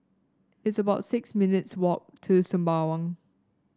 it's about six minutes' walk to Sembawang